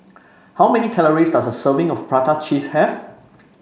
how many calories does a serving of Prata Cheese have